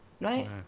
right